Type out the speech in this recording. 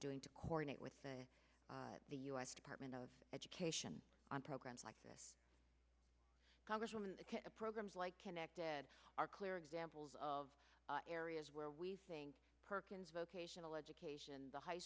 doing to coordinate with the the u s department of education on programs like this congresswoman programs like connected are clear examples of areas where we think perkins vocational education the high